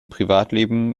privatleben